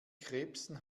krebsen